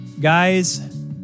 guys